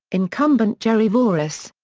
incumbent jerry voorhis.